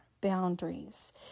boundaries